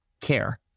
care